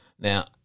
Now